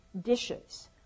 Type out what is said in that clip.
dishes